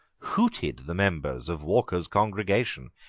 hooted the members of walker's congregation,